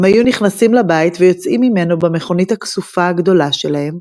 הם היו נכנסים לבית ויוצאים ממנו במכונית הכסופה הגדולה שלהם,